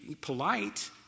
polite